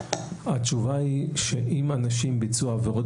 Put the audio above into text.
התשובה היא שאם אנשים ביצעו עבירות